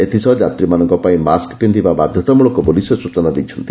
ଏଥିସହ ଯାତ୍ରୀମାନଙ୍କ ପାଇଁ ମାସ୍କ ପିକ୍ଧିବା ବାଧ୍ୟତାମୂଳକ ବୋଲି ସେ ସୂଚନା ଦେଇଛନ୍ତି